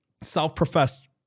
self-professed